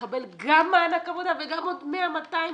לקבל גם מענק עבודה וגם עוד 100,200,